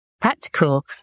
practical